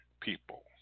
people